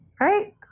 right